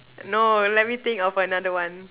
no let me think of another one